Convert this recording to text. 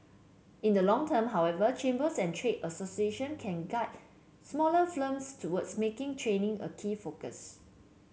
in the long term however chambers and trade association can guide smaller firms towards making training a key focus